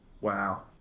Wow